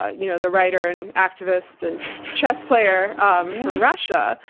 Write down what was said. you know the writer and activist and chess player um from russia,